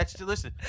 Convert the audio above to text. Listen